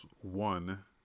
one